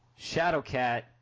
Shadowcat